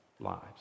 lives